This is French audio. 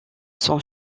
son